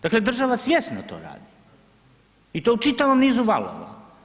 Dakle država svjesno to radi u to u čitavom nizu valova.